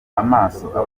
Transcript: amaso